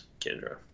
Kendra